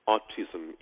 Autism